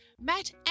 Matt